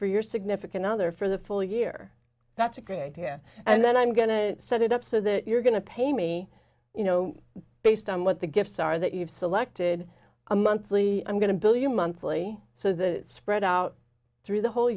for your significant other for the full year that's a great idea and then i'm going to set it up so that you're going to pay me you know based on what the gifts are that you've selected a monthly i'm going to bill your monthly so the spread out through the whole